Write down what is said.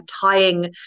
tying